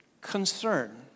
concern